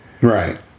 Right